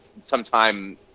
sometime